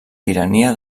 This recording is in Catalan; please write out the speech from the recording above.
tirania